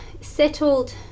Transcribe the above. settled